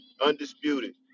undisputed